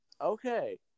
Okay